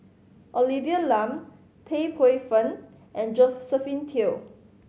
Olivia Lum Tan Paey Fern and Josephine Teo